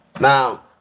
Now